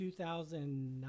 2009